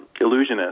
illusionist